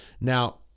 Now